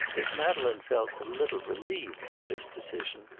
if madeleine felt a little relieved by this decision,